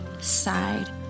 side